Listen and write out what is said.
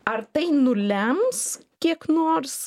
ar tai nulems kiek nors